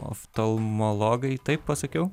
oftalmologai taip pasakiau